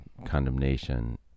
condemnation